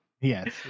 Yes